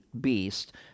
beast